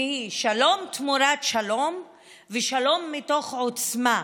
שהיא שלום תמורת שלום ושלום מתוך עוצמה.